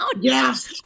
Yes